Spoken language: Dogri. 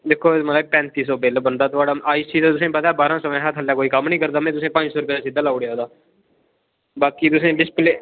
दिक्खो तुस महाराज पैंती सौ बिल बनदा थुआड़ा आई सी दा तुसें पता बारां सौ कोला थल्लै अस कोई कम्म नि करदा में तुसें पंज सौ रपेआ सिद्ध लाई ओड़ेआ ओह्दा बाकी तुसें डिस्प्ले